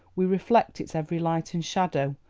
we reflect its every light and shadow,